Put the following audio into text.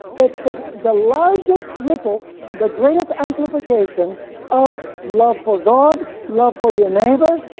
it's the the largest ripple the greatest amplification of love for god, love for your neighbor,